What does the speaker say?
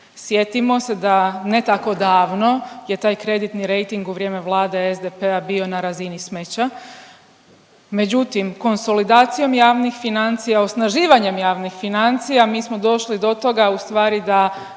Sjetimo se da ne tako davno je taj kreditni rejting u vrijeme Vlade SDP-a bio na razini smeća. Međutim konsolidacijom javnih financija, osnaživanjem javnih financija mi smo došli do toga u stvari da,